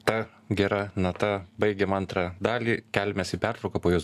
ta gera nata baigiam antrą dalį keliamės į pertrauką po jos